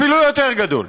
אפילו יותר גדול,